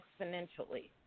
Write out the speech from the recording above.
exponentially